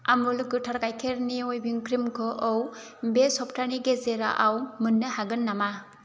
आमुल गोथार गायखेरनि ह्युपिं क्रिमखौ बे सप्तानि गेजेराव मोन्नो हागोन नामा